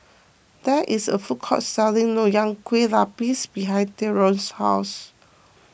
there is a food court selling Nonya Kueh Lapis behind theron's house